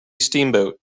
steamboat